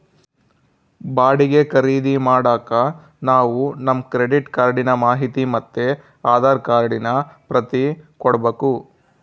ಬಾಡಿಗೆ ಖರೀದಿ ಮಾಡಾಕ ನಾವು ನಮ್ ಕ್ರೆಡಿಟ್ ಕಾರ್ಡಿನ ಮಾಹಿತಿ ಮತ್ತೆ ಆಧಾರ್ ಕಾರ್ಡಿನ ಪ್ರತಿ ಕೊಡ್ಬಕು